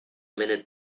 minute